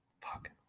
Fuck